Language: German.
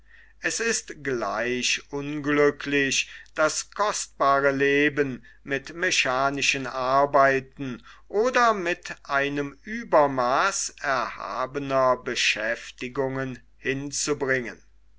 es ist gleich unglücklich das kostbare leben mit mechanischen arbeiten oder mit einem uebermaaß erhabener beschäftigungen hinzubringen